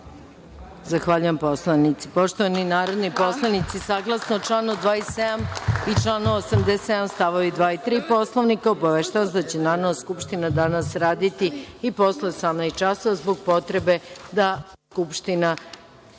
ovde. Zahvaljujem poslanici. Poštovani narodni poslanici, saglasno članu 27. i članu 87. stavovi 2. i 3. Poslovnika, obaveštavam vas da će Narodna skupština danas raditi i posle 18,00 časova, zbog potrebe da Skupština